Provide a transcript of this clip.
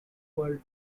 world